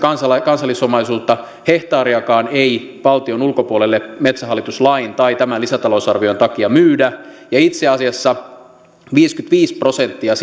kansallisomaisuutta hehtaariakaan ei valtion ulkopuolelle metsähallitus lain tai tämän lisätalousarvion takia myydä ja itse asiassa viisikymmentäviisi prosenttia